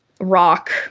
rock